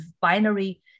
binary